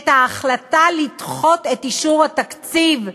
ההחלטה לדחות את אישור התקציב,